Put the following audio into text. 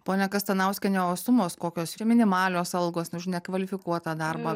ponia kastanauskiene o sumos kokios ir minimalios algos už nekvalifikuotą darbą